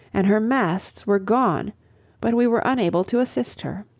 and her masts were gone but we were unable to assist her.